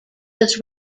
was